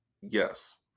Yes